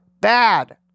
Bad